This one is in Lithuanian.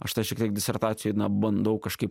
aš tą šiek tiek disertacijoj na bandau kažkaip